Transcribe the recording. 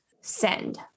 Send